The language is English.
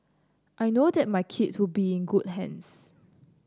I know that my kids would be in good hands